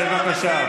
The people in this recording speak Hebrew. עם מישהו לא חרדי,